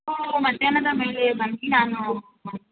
ನೀವು ಮಧ್ಯಾಹ್ನದ ಮೇಲೆ ಬನ್ನಿ ನಾನು